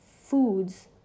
foods